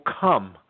come